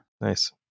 Nice